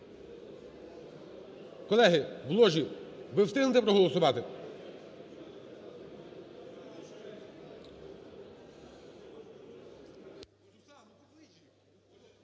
Колеги в ложі, ви встигнете проголосувати?